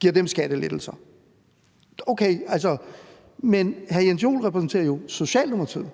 giver dem skattelettelser. Okay altså, men hr. Jens Joel repræsenterer jo Socialdemokratiet.